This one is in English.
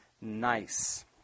nice